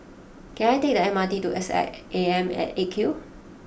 can I take the M R T to S I A M at eight Q